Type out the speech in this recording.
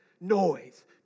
noise